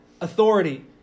authority